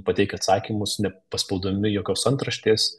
pateikia atsakymus ne paspausdami jokios antraštės